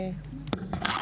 בבקשה.